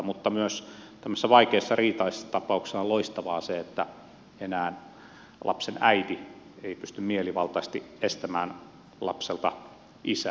mutta myös tämmöisissä vaikeissa riitaisissa tapauksissa on loistavaa se että enää lapsen äiti ei pysty mielivaltaisesti estämään lapselta isää